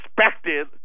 expected